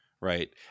Right